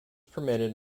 permitted